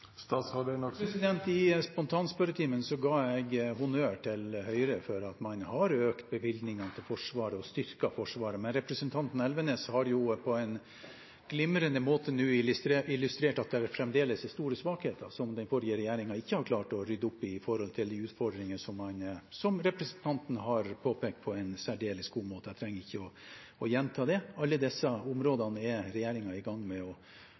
I spontanspørretimen ga jeg honnør til Høyre for at man har økt bevilgningene til Forsvaret og styrket Forsvaret, men representanten Elvenes har jo på en glimrende måte nå illustrert at det fremdeles er store svakheter som den forrige regjeringen ikke har klart å rydde opp i, når det gjelder de utfordringene som representanten har påpekt på en særdeles god måte. Jeg trenger ikke å gjenta det. Alle disse områdene er regjeringen i gang med å